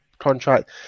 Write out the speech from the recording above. contract